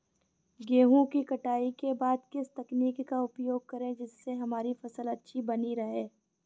गेहूँ की कटाई के बाद किस तकनीक का उपयोग करें जिससे हमारी फसल अच्छी बनी रहे?